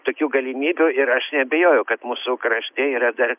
tokių galimybių ir aš neabejoju kad mūsų krašte yra dar